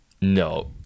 no